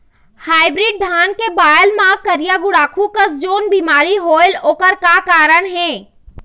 Hybrid धान के बायेल मां करिया गुड़ाखू कस जोन बीमारी होएल ओकर का कारण हे?